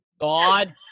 God